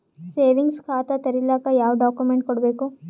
Savings ಖಾತಾ ತೇರಿಲಿಕ ಯಾವ ಡಾಕ್ಯುಮೆಂಟ್ ಕೊಡಬೇಕು?